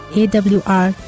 awr